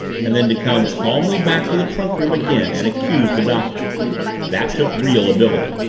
and then to come calmly back to the trunk room again and accuse the doctor that took real ability.